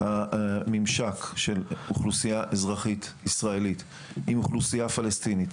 הממשק של אוכלוסייה אזרחית ישראלית עם אוכלוסייה פלסטינית,